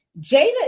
Jada